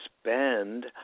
spend